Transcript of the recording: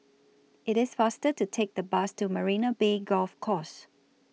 IT IS faster to Take The Bus to Marina Bay Golf Course